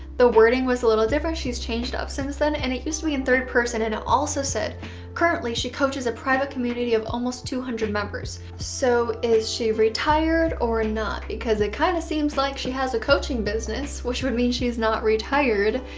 the wording was a little different, she's changed up since then and it used to be in third person and it also said currently she coaches a private community of almost two hundred members. so is she retired or not because it kind of seems like she has a coaching business. which would mean she's not retired.